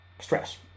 stress